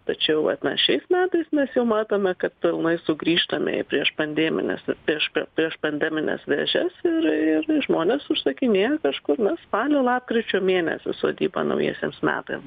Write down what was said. tačiau vat na šiais metais mes jau matome kad pilnai sugrįžtame į priešpandemines prieš priešpandemines vėžės ir ir žmonės užsakinėja kažkur na spalio lapkričio mėnesį sodybą naujiesiems metam